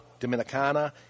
Dominicana